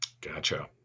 Gotcha